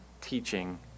teaching